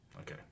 Okay